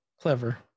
clever